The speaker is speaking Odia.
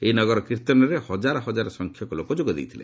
ଏହି ନଗରକୀର୍ତ୍ତନରେ ହଜାର ହଜାର ସଂଖ୍ୟକ ଲୋକ ଯୋଗ ଦେଇଥିଲେ